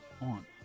on